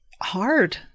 hard